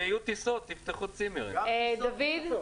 דוד?